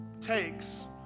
takes